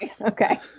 Okay